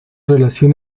relación